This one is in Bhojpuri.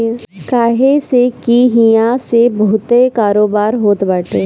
काहे से की इहा से बहुते कारोबार होत बाटे